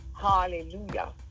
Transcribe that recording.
hallelujah